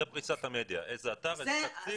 זו פריסת המדיה, איזה אתר, איזה תקציב.